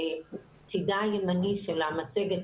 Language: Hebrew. בצידה הימני של המצגת,